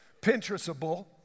Pinterestable